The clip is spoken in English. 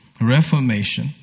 reformation